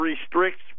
restricts